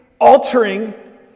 altering